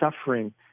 suffering